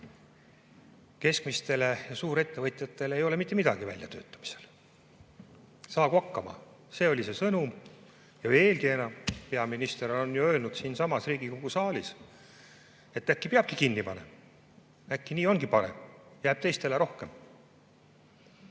keskmistele ja suurettevõtjatele ei ole mitte midagi väljatöötamisel. Saagu hakkama – see oli see sõnum. Veelgi enam, peaminister on ju öelnud siinsamas Riigikogu saalis, et äkki peabki [ettevõtteid] kinni panema, äkki nii ongi parem, jääb teistele rohkem.